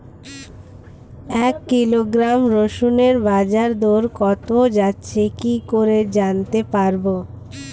এক কিলোগ্রাম রসুনের বাজার দর কত যাচ্ছে কি করে জানতে পারবো?